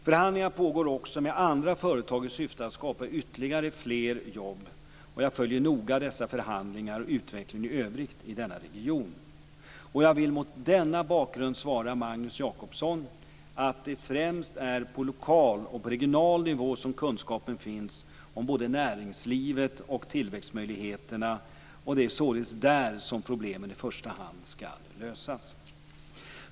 Förhandlingar pågår också med andra företag i syfte att skapa ytterligare fler jobb. Jag följer noga dessa förhandlingar och utvecklingen i övrigt i denna region. Jag vill mot denna bakgrund svara Magnus Jacobsson att det främst är på lokal och på regional nivå som kunskapen finns om både näringslivet och tillväxtmöjligheterna, och det är således där som problemen i första hand skall lösas.